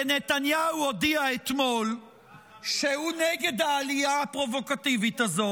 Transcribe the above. כי נתניהו הודיע אתמול שהוא נגד העלייה הפרובוקטיבית הזו,